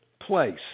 place